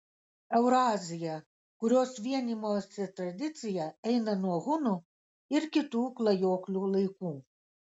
eurazija kurios vienijimosi tradicija eina nuo hunų ir kitų klajoklių laikų